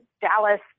Dallas